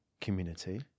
community